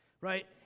Right